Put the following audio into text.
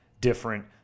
different